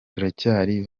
turacyari